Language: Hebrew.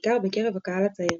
בעיקר בקרב הקהל הצעיר.